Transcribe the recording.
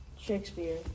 Shakespeare